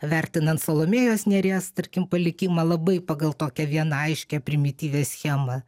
vertinant salomėjos nėries tarkim palikimą labai pagal tokią vieną aiškią primityvią schemą